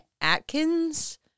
Atkins